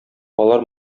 алар